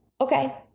okay